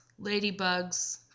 ladybugs